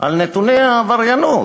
על נתוני העבריינות.